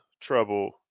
trouble